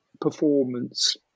performance